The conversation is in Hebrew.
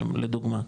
לדוגמא,